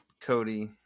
Cody